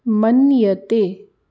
मन्यते